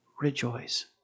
Rejoice